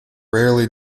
rarely